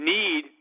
need